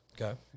Okay